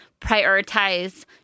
prioritize